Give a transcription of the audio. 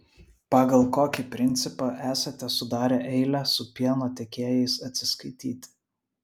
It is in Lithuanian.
pagal kokį principą esate sudarę eilę su pieno tiekėjais atsiskaityti